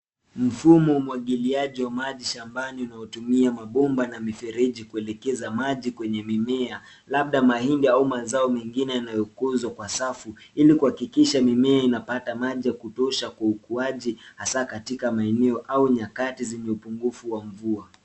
Mfumo wa umwagiliaji wa maji shambani, unatumia mabomba na mifereji kuelekeza maji kwenye mimea, labda mahindi au mazao mengine yanayokuzwa kwa safu, ili kuhakikisha mimea inapata maji ya kutosha kwa ukuaji, hasa katika maeneo au nyakati zenye upungufu wa mvua.